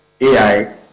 AI